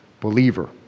believer